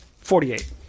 Forty-eight